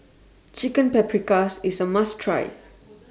Chicken Paprikas IS A must Try